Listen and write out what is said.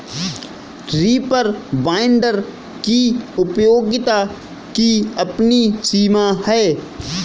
reaper binder की उपयोगिता की अपनी सीमा है